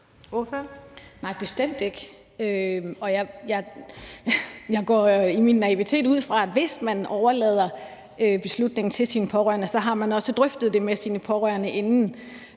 Nej, bestemt ikke. Jeg går i min naivitet ud fra, at hvis man overlader beslutningen til sine pårørende, har man også drøftet det med sine pårørende inden